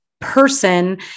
Person